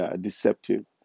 deceptive